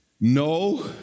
No